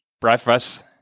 breakfast